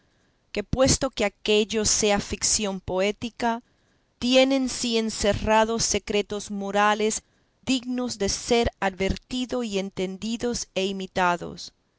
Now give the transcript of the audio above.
que puesto que aquello sea ficción poética tiene en sí encerrados secretos morales dignos de ser advertidos y entendidos e imitados